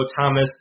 Thomas